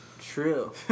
True